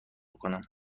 کنم